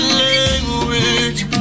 language